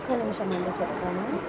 ఒక నిమిషం అండి చెప్తాను